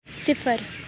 صفر